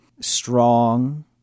strong